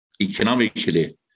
economically